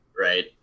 right